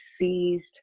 seized